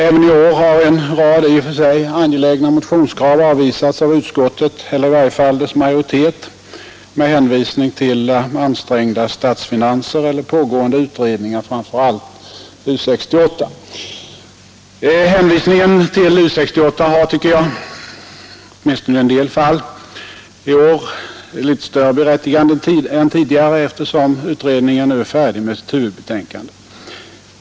Även i år har en rad i och för sig angelägna motionskrav avvisats av utskottet, eller i varje fall av dess majoritet, med hänvisning till ansträngda statsfinanser eller pågående utredningar, framför allt U 68. Hänvisningen till U 68 har, tycker jag, åtminstone i en del fall i år litet större berättigande än tidigare, eftersom utredningen nu är färdig med sitt huvudbetänkande.